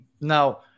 Now –